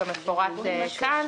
כמפורט כאן,